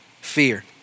fear